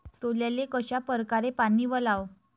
सोल्याले कशा परकारे पानी वलाव?